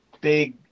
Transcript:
big